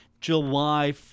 July